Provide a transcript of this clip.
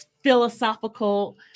philosophical